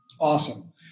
Awesome